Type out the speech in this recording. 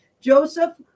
Joseph